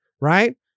right